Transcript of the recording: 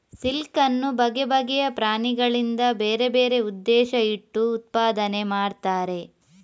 silk ಅನ್ನು ಬಗೆ ಬಗೆಯ ಪ್ರಾಣಿಗಳಿಂದ ಬೇರೆ ಬೇರೆ ಉದ್ದೇಶ ಇಟ್ಟು ಉತ್ಪಾದನೆ ಮಾಡ್ತಾರೆ